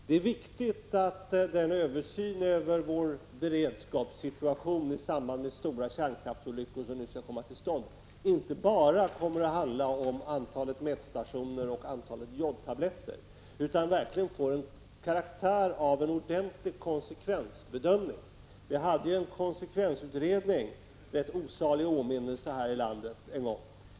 Det är viktigt att den översyn över vår beredskap i samband med stora kärnkraftsolyckor som nu kommer att göras inte bara kommer att handla om antalet mätstationer och antalet jodtabletter utan verkligen får karaktären av en ordentlig konsekvensbedömning. Vi hade en konsekvensutredning — rätt osalig i åminnelse — en gång.